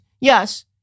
Yes